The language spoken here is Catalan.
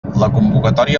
convocatòria